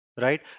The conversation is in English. right